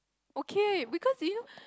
okay because you know